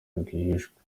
rwihishwa